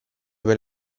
per